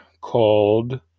called